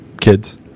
kids